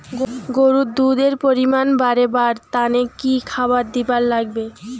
গরুর দুধ এর পরিমাণ বারেবার তানে কি খাবার দিবার লাগবে?